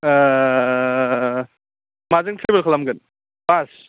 माजों ट्रेभेल खालामगोन बास